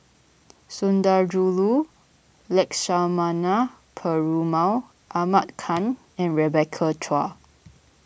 Sundarajulu Lakshmana Perumal Ahmad Khan and Rebecca Chua